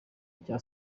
icya